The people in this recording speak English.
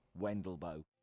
Wendelbo